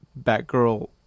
Batgirl